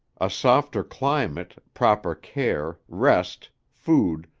a softer climate, proper care, rest, food,